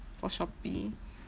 for shopee